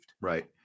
Right